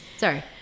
Sorry